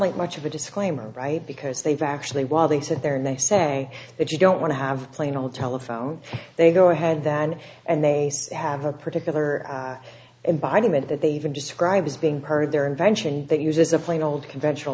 like much of a disclaimer right because they've actually while they sit there and they say that you don't want to have a plain old telephone they go ahead then and they have a particular environment that they even describe as being part of their invention that uses a plain old conventional